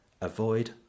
Avoid